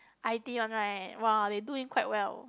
I_T one right !wah! they doing quite well